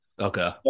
okay